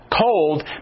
cold